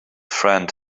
friend